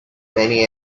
many